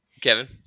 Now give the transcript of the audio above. Kevin